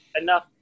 enough